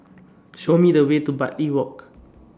Show Me The Way to Bartley Walk